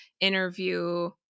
interview